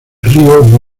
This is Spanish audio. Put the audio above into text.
río